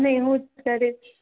નહીં હુંજ ચાલીસ